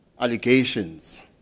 allegations